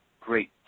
great